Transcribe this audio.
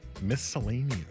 Miscellaneous